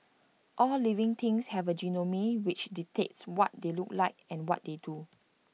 all living things have A genome which dictates what they look like and what they do